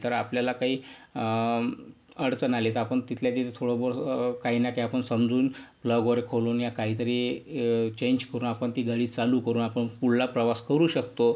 तर आपल्याला काही अडचण आली तर आपण तिथल्या तिथे थोडंबहुत काही ना काही आपण समजून प्लग वगैरे खोलून या काहीतरी चेंज करून आपण ती गाडी चालू करून आपण पुढला प्रवास करू शकतो